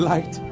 Light